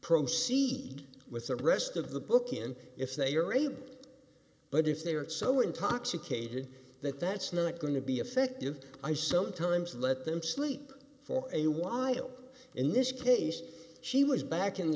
proceed with the rest of the book in if they are able but if they are so intoxicated that that's not going to be effective i sometimes let them sleep for a while in this case she was back in